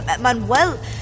Manuel